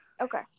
Okay